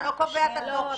אתה לא קובע את הטופס.